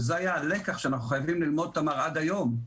וזה הלקח שאנחנו חייבים ללמוד, תמר, עד היום.